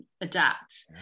adapt